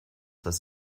was